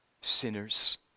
sinners